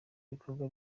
ibikorwa